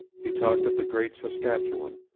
he talked of the great saskatchewan,